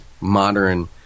modern